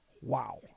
wow